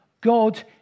God